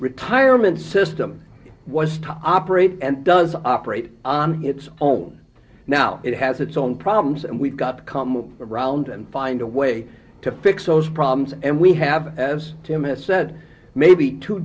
retirement system was to operate and does operate on its own now it has its own problems and we've got to come around and find a way to fix those problems and we have as tim has said maybe two